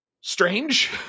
strange